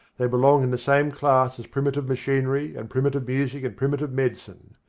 they belong in the same class as primitive machinery and primitive music and primitive medicine,